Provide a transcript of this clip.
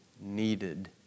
needed